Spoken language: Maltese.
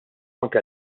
anke